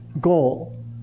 goal